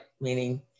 meaning